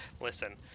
listen